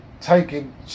taking